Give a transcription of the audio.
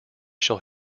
shall